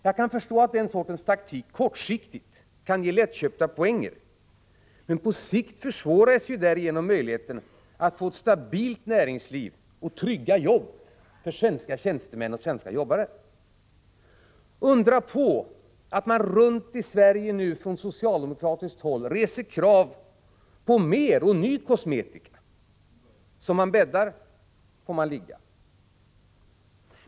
Jag förstår att den sortens taktik kortsiktigt kan ge lättköpta poänger, men på sikt minskas ju därigenom möjligheten att få ett stabilt näringsliv och trygga jobb för svenska tjänstemän och svenska arbetare. Undra på att man runt om i Sverige från socialdemokratiskt håll reser krav på mer och ny kosmetika. Som man bäddar får man ligga.